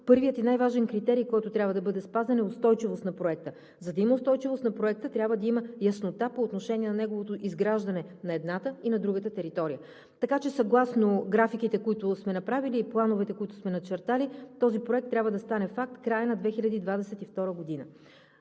първият и най-важен критерий, който трябва да бъде спазен, е устойчивост на проекта. За да има устойчивост на проекта, трябва да има яснота по отношение на неговото изграждане на едната и на другата територия. Така че съгласно графиките, които сме направили, и плановете, които сме начертали, този проект трябва да стане факт в края на 2022 г.